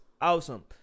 awesome